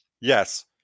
yes